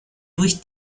durch